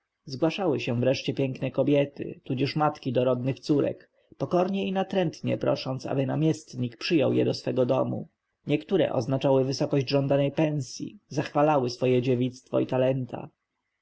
zgłaszały się wreszcie piękne kobiety tudzież matki dorodnych córek pokornie i natrętnie prosząc aby namiestnik przyjął je do swego domu niektóre oznaczały wysokość żądanej pensji zachwalały swoje dziewictwo i talenta